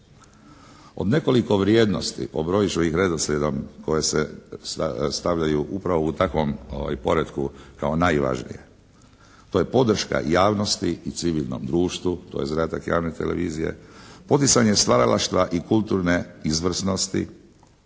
Od nekoliko vrijednosti, pobrojit ću ih redoslijedom koje se stavljaju upravo u takvom poretku kao najvažnije. To je podrška javnosti i civilnom društvu. To je zadatak javne televizije. Poticanje stvaralaštva i kulturne izvrsnosti.